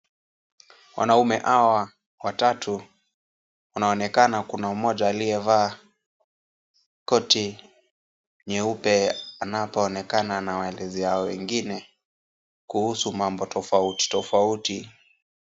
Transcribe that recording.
Wanaume hawa watatu wanaonekana kuna mmoja aliyevaa koti nyeupe anapoonekana anawaelezea wengine kuhusu mambo tofauti tofauti.